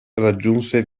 raggiunse